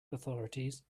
authorities